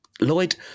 Lloyd